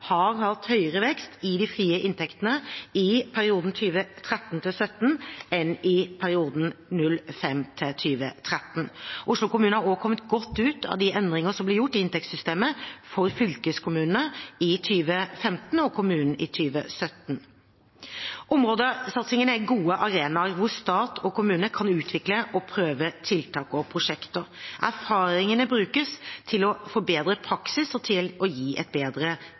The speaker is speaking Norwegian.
har hatt høyere vekst i de frie inntektene i perioden 2013–2017 enn i perioden 2005–2013. Oslo kommune har også kommet godt ut av de endringer som ble gjort i inntektssystemet for fylkeskommunene i 2015 og kommunene i 2017. Områdesatsingene er gode arenaer hvor stat og kommune kan utvikle og prøve tiltak og prosjekter. Erfaringene brukes til å forbedre praksis og til å gi et bedre